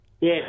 Yes